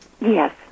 Yes